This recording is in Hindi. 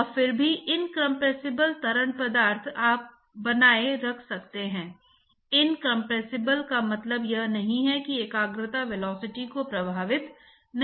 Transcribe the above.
क्योंकि यह हीट ट्रांसपोर्ट गुणांक की परिभाषा है और मास्स ट्रांसपोर्ट के लिए एक समान तरीका है अगर हम 0 के बराबर y पर एकाग्रता ग्रेडिएंट जानते हैं तो हम कर चुके हैं